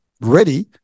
ready